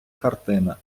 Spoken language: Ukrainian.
картина